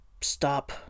stop